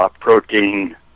protein